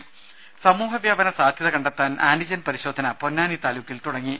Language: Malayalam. ദേദ സമൂഹ വ്യാപന സാധ്യത കണ്ടെത്താൻ ആന്റിജൻ പരിശോധന പൊന്നാനി താലൂക്കിൽ തുടങ്ങി